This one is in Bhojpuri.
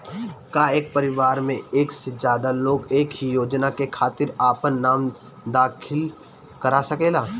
का एक परिवार में एक से ज्यादा लोग एक ही योजना के खातिर आपन नाम दाखिल करा सकेला?